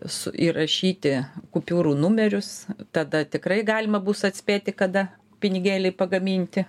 su įrašyti kupiūrų numerius tada tikrai galima bus atspėti kada pinigėliai pagaminti